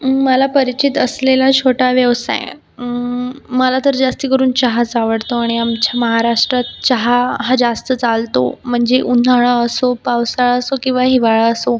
मला परिचित असलेला छोटा व्यवसाय मला तर जास्त करून चहाच आवडतो आणि आमच्या महाराष्ट्रात चहा हा जास्त चालतो म्हणजे उन्हाळा असो पावसाळा असो किंवा हिवाळा असो